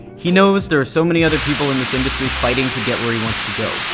he knows there are so many other people in this industry fighting to get where he wants to go.